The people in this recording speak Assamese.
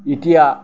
এতিয়া